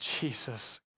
Jesus